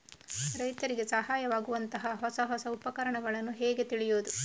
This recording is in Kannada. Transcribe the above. ರೈತರಿಗೆ ಸಹಾಯವಾಗುವಂತಹ ಹೊಸ ಹೊಸ ಉಪಕರಣಗಳನ್ನು ಹೇಗೆ ತಿಳಿಯುವುದು?